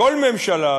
כל ממשלה,